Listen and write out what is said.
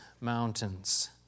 mountains